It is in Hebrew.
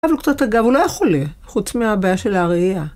הוא אבל קצת אגב, הוא לא היה חולה, חוץ מהבעיה של הראייה.